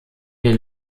den